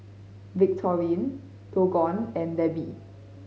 Victorine Dijon and Debi